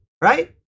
right